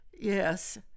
Yes